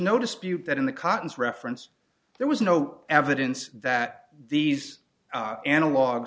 no dispute that in the cottons reference there was no evidence that these analog